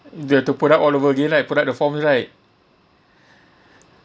you do have to put up all over again right put up the forms right